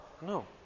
No